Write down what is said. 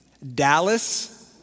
Dallas